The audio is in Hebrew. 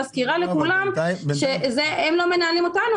מזכירה לכולם שזה שהם לא מנהלים אותנו,